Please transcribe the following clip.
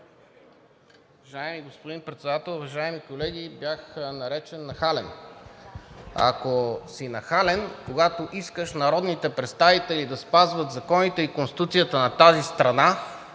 Уважаеми господин Председател! Уважаеми колеги, бях наречен „нахален“. Ако си нахален, когато искаш народните представители да спазват законите и Конституцията на тази страна,